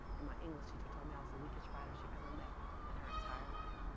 and my english teacher told me i was the weakest writer she ever met in her entire life.